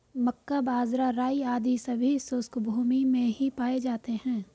मक्का, बाजरा, राई आदि सभी शुष्क भूमी में ही पाए जाते हैं